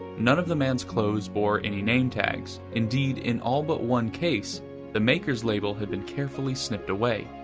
none of the man's clothes bore any name tags indeed, in all but one case the maker's label had been carefully snipped away.